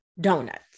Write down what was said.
donuts